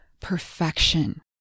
perfection